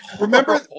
Remember